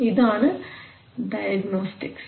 ഇതാണ് ഡയഗ്നോസ്റ്റിക്സ്